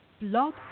Blog